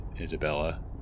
Isabella